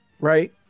right